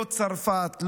לא צרפת,